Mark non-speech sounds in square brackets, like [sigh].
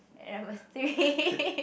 ever think [laughs]